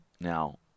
now